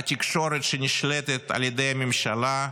תקשורת שנשלטת על ידי הממשלה,